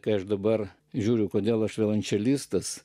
kai aš dabar žiūriu kodėl aš violončelistas